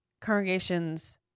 congregations